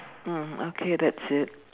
mm okay that's it